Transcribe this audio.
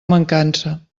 mancança